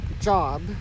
job